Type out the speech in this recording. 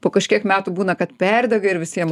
po kažkiek metų būna kad perdega ir visiem